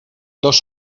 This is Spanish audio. dos